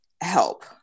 help